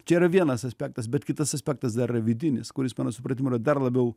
čia yra vienas aspektas bet kitas aspektas dar yra vidinis kuris mano supratimu yra dar labiau